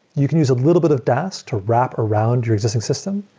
you can use a little bit of dask to wrap around your existing system,